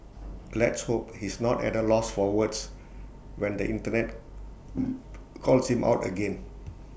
let's hope he's not at A loss for words when the Internet calls him out again